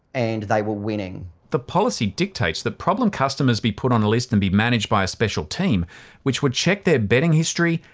and they were winning. the policy dictates that problem customers be put on a list and be managed by a special team which would check their betting history,